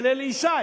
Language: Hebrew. של אלי ישי,